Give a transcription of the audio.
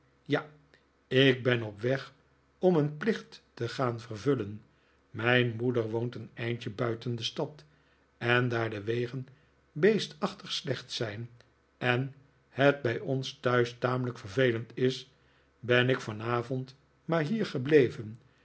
ja ik ben op weg om een plicht te gaan vervullen mijn moeder woont een eindje buiten de stadj en daar de wegen beestachtig slecht zijn en het bij ons thuis tamelijk vervelend is ben ik vanavond maar hier gebleven